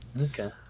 Okay